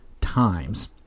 times